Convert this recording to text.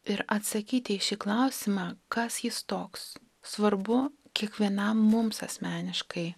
ir atsakyti į šį klausimą kas jis toks svarbu kiekvienam mums asmeniškai